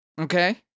Okay